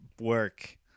work